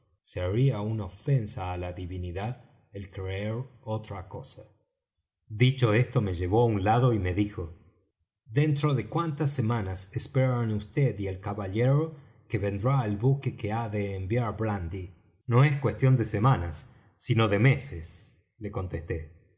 sería una ofensa á la divinidad el creer otra cosa dicho esto me llevó á un lado y me dijo dentro de cuántas semanas esperan vd y el caballero que vendrá el buque que ha de enviar blandy no es cuestión de semanas sino de meses le contesté